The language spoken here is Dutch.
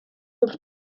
een